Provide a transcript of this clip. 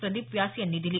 प्रदीप व्यास यांनी दिली